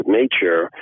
nature